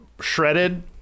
shredded